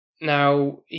Now